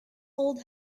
old